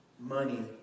Money